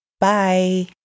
bye